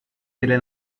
delle